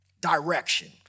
direction